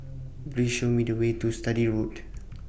Please Show Me The Way to Sturdee Road